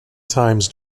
times